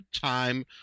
time